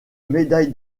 médaille